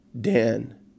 Dan